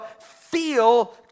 feel